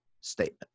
statement